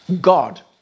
God